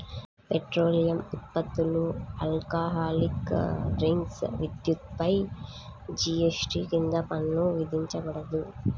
petroleum ఉత్పత్తులు, alcoholic drinks, విద్యుత్పై GST కింద పన్ను విధించబడదు